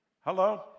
Hello